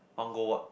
want go what